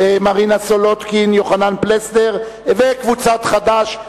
מרינה סולודקין ויוחנן פלסנר וקבוצת חד"ש.